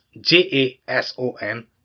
J-A-S-O-N